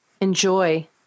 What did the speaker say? enjoy